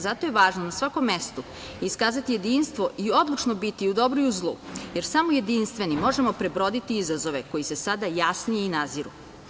Zato je važno na svakom mestu iskazati jedinstvo i odlučno biti i u dobru i u zlu, jer samo jedinstveni možemo prebroditi izazove koji se sada i jasnije nadziru.